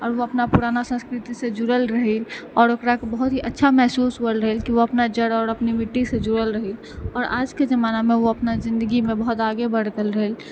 आओर ओ अपना पुराना संस्कृति सँ जुड़ल रहै आओर ओकराके बहुत ही अच्छा महसूस होएल रहै की ओ अपना जड़ आओर अपनी मिट्टी सँ जुड़ल रहै आओर आज के जमाना मे ओ अपना जिन्दगी मे बहुत आगे बढ़ गेल रहै